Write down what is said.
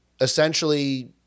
essentially